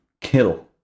kill